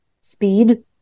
speed